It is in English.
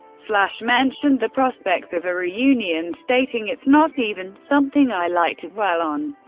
slash mentioned the prospects of a reunion, stating it's not even something i like to dwell on.